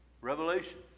Revelation